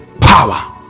power